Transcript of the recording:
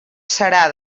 serà